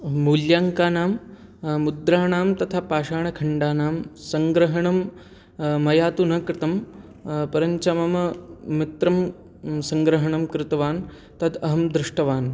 मूल्याङ्कानां मुद्राणां तथा पाषाणखण्डानां सङ्ग्रहणं मया तु न कृतं परञ्च मम मित्रं सङ्ग्रहणं कृतवत् तद् अहं दृष्टवान्